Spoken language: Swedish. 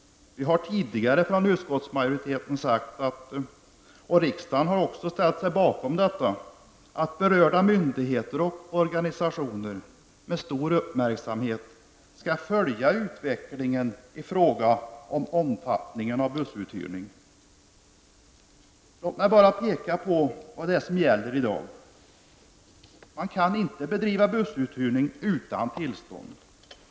Vi har tidigare från utskottsmajoriteten sagt att -- och det har riksdagen ställt sig bakom -- berörda myndigheter och organisationer med stor uppmärksamhet skall följa utvecklingen i fråga om omfattningen av bussuthyrning. Låt mig bara redovisa vad som gäller i dag. Man kan inte bedriva bussuthyrning utan tillstånd.